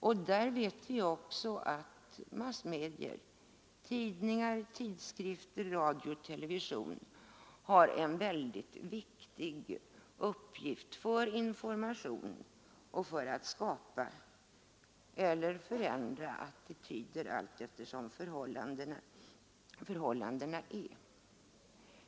Vi vet också att massmedier, såsom tidningar, tidskrifter, radio och television, har en mycket viktig uppgift i informationssammanhang och när det gäller att skapa eller förändra attityder till olika företeelser.